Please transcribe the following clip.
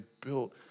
built